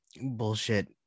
bullshit